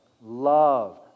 love